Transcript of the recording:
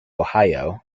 ohio